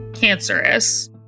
Cancerous